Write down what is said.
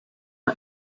her